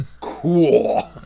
cool